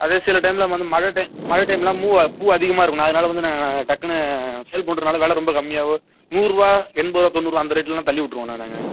அதே சில டைமில் வந்து மழை டைம் மழை டைம்லாம் பூ அதிகமாக இருக்கும்ண்ணா அதனால் வந்து நாங்கள் நாங்கள் டக்குன்னு சேல் பண்ணுறதுனால வெலை ரொம்ப கம்மியாகவும் நூறு ரூபா எண்பது ரூபா தொண்ணூறு ரூபா அந்த ரேட்டுலலாம் தள்ளிவிட்ருவோண்ணா நாங்கள்